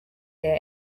here